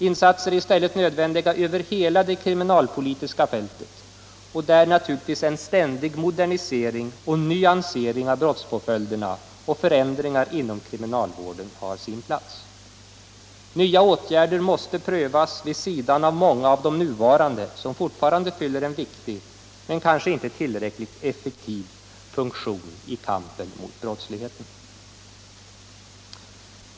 Insatser är i stället nödvändiga över hela det kriminalpolitiska fältet och där har naturligtvis en ständig modernisering och nyansering av brottspåföljderna och förändringar inom kriminalvården sin plats. Nya åtgärder måste prövas vid sidan av många av de nuvarande som fortfarande fyller en viktig — men kanske inte tillräckligt effektiv — funktion i kampen mot brottsligheten.